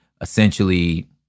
essentially